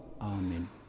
Amen